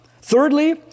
Thirdly